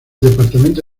departamento